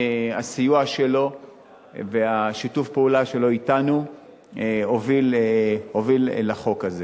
הסיוע שלו ושיתוף הפעולה שלו אתנו הוביל לחוק הזה.